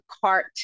cart